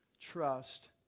trust